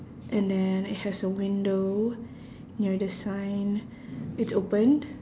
and then it has a window near the sign it's opened